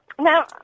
Now